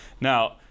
Now